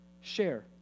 share